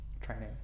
training